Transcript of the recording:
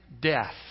death